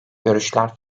görüşler